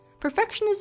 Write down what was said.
perfectionism